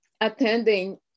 attending